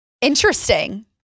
interesting